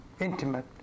intimate